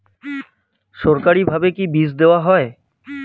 সরকারিভাবে কি বীজ দেওয়া হয়?